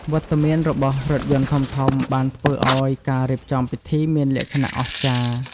វត្តមានរបស់រថយន្តធំៗបានធ្វើឱ្យការរៀបចំពិធីមានលក្ខណៈអស្ចារ្យ។